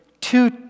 two